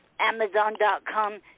Amazon.com